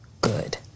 good